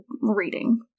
reading